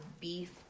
beef